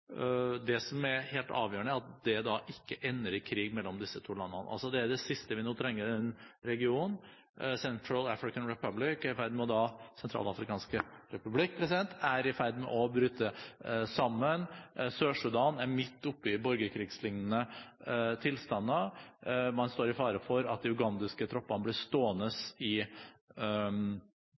Det som er helt avgjørende, er at det ikke ender i en krig mellom disse to landene. Det er det siste vi trenger i den regionen. Central African Republic – Den sentralafrikanske republikk – er i ferd med å bryte sammen. Sør-Sudan er midt oppe i borgerkrigslignende tilstander. Man står i fare for at de ugandiske troppene blir stående i